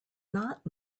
not